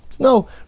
No